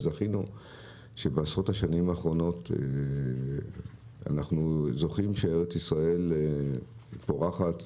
זכינו שבעשרות השנים האחרונות אנחנו זוכים שארץ ישראל פורחת,